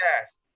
Yes